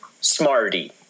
smarty